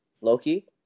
Loki